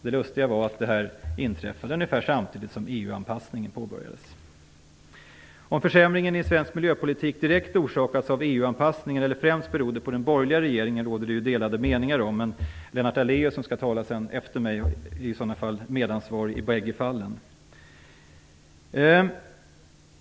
Det lustiga är att det här inträffade ungefär samtidigt som EU Om försämringen i svensk miljöpolitik direkt orsakats av EU-anpassningen eller främst berodde på den borgerliga regeringen råder det ju delade meningar om. Lennart Daléus, som strax skall tala här, är i så fall medansvarig i bägge fallen.